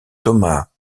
thomas